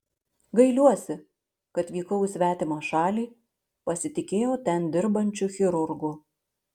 gailiuosi kad vykau į svetimą šalį pasitikėjau ten dirbančiu chirurgu